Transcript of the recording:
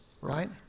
right